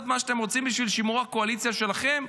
מה שאתם רוצים בשביל שימור הקואליציה שלכם?